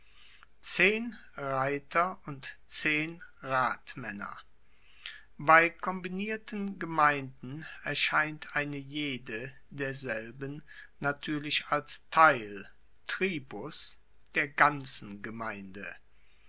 zehn reiter und zehn ratmaenner bei kombinierten gemeinden erscheint eine jede derselben natuerlich als teil tribus der ganzen gemeinde